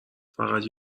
فقط